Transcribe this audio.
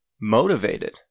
motivated